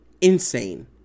Insane